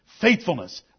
faithfulness